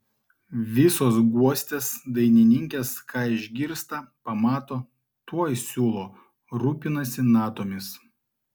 visos guostės dainininkės ką išgirsta pamato tuoj siūlo rūpinasi natomis